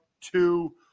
two